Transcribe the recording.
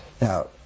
Now